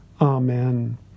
Amen